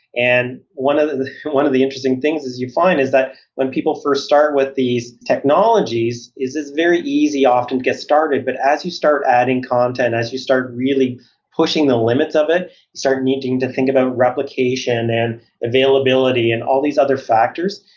and one of the one of the interesting things you find is that when people first start with these technologies is this very easy often get started, but as you start adding content, as you start really pushing the limits of it, you start needing to think about replication and availability and all these other factors,